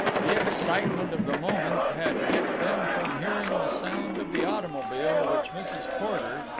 the excitement of the moment had kept them from hearing the sound of the automobile which mrs. porter,